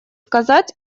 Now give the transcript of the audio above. сказать